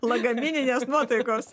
lagamininės nuotaikos